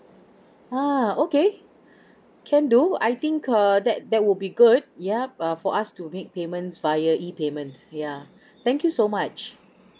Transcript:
ah okay can do I think err that that would be good yup uh for us to make payments via e payment yeah thank you so much